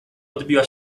odbiła